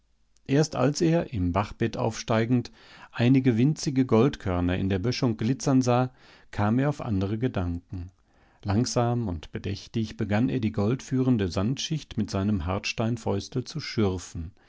erst als er im bachbett aufsteigend einige winzige goldkörner in der böschung glitzern sah kam er auf andere gedanken langsam und bedächtig begann er die goldführende sandschicht mit seinem hartsteinfäustel zu schürfen